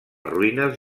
ruïnes